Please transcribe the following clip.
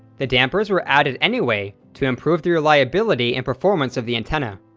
the dampers were added anyway to improve the reliability and performance of the antenna.